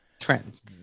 trends